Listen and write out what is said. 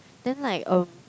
then like um